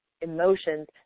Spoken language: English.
emotions